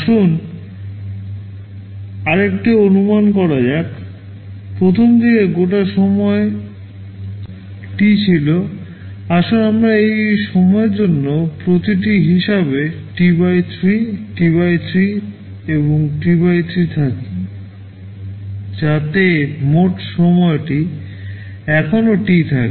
আসুন আরেকটি অনুমান করা যাক প্রথম দিকে গোটা সময় T ছিল আসুন আমরা এই সময়ের জন্য প্রতিটি হিসাবে T 3 T 3 এবং T 3 রাখি যাতে মোট সময়টি এখনও T থাকে